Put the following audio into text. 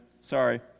Sorry